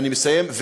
אני מסיים.